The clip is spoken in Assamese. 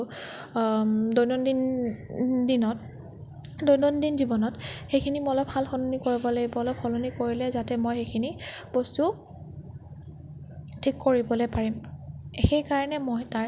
দৈনন্দিন দিনত দৈনন্দিন জীৱনত সেইখিনি মই অলপ সালসলনি কৰিব লাগিব অলপ সলনি কৰিলে যাতে মই সেইখিনি বস্তু ঠিক কৰিবলৈ পাৰিম সেইকাৰণে মই তাৰ